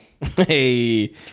Hey